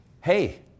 Hey